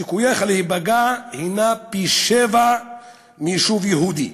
סיכוייך להיפגע הנם פי-שבעה מביישוב יהודי.